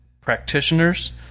practitioners